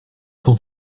sont